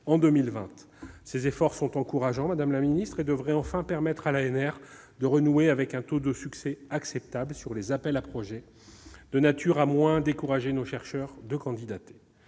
en 2020. Ces efforts sont encourageants et devraient enfin permettre à l'ANR de renouer avec un taux de succès acceptable lors des appels à projets, de nature à moins décourager nos chercheurs de candidater.